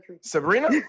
Sabrina